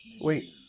Wait